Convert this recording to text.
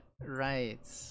Right